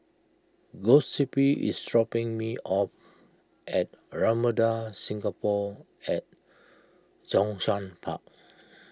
Giuseppe is dropping me off at Ramada Singapore at Zhongshan Park